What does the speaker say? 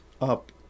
up